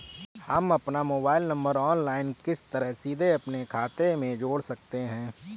हम अपना mobile number online किस तरह सीधे अपने खाते में जोड़ सकते हैं?